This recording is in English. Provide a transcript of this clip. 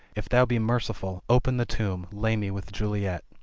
if thou be merciful, open the tomb, lay me with juliet!